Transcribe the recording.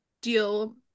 deal